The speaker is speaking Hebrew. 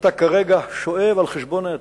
ואתה כרגע שואב על חשבון העתיד.